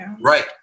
Right